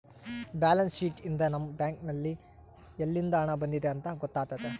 balance sheet ಯಿಂದ ನಮ್ಮ bank ನಲ್ಲಿ ಯಲ್ಲಿಂದ ಹಣ ಬಂದಿದೆ ಅಂತ ಗೊತ್ತಾತತೆ